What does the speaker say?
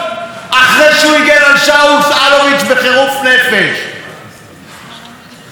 זו שערורייה שאתם עושים בכספי ציבור כאילו היו שלכם.